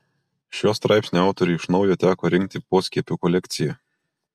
šio straipsnio autoriui iš naujo teko rinkti poskiepių kolekciją